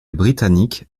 britannique